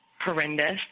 horrendous